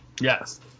Yes